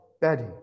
Betty